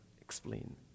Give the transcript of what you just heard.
explain